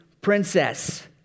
princess